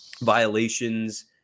violations